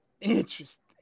Interesting